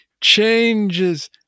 changes